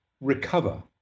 recover